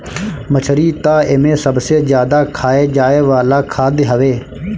मछरी तअ एमे सबसे ज्यादा खाए जाए वाला खाद्य हवे